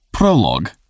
Prologue